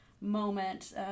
moment